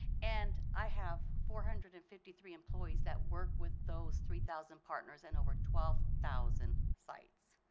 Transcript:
and i have four hundred and fifty three employees that work with those three thousand partners in over twelve thousand sites.